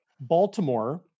baltimore